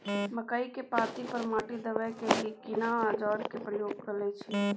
मकई के पाँति पर माटी देबै के लिए केना औजार के प्रयोग कैल जाय?